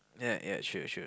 ya ya should should